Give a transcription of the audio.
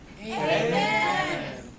Amen